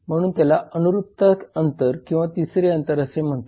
म्हणून त्याला अनुरूपता अंतर किंवा तिसरे अंतर असे म्हणतात